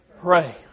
Pray